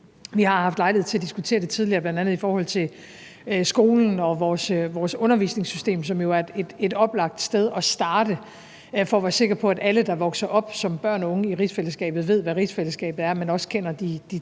Vi har haft lejlighed til at diskutere det tidligere, bl.a. i forhold til skolen og vores undervisningssystem, som jo er et oplagt sted at starte, for at være sikre på, at alle, der vokser op som børn og unge i rigsfællesskabet, ved, hvad rigsfællesskabet er, men også kender de tre dele.